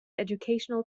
educational